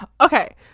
Okay